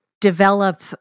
develop